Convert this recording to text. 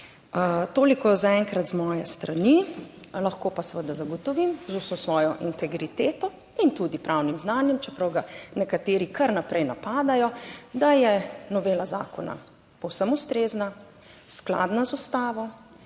Toliko zaenkrat z moje strani. Lahko pa seveda zagotovim z vso svojo integriteto in tudi pravnim znanjem, čeprav ga nekateri kar naprej napadajo, da je novela zakona povsem ustrezna, skladna z ustavo